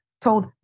told